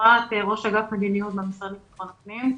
מדיניות במשרד לביטחון פנים.